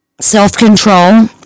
self-control